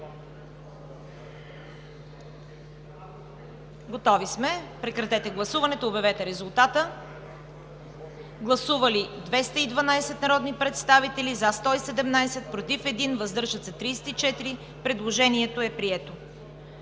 всички. Прекратете гласуването и обявете резултата. Гласували 212 народни представители: за 177, против 1, въздържали се 34. Предложението е прието.